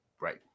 Right